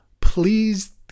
Please